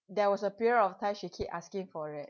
there was a period of time she keep asking for it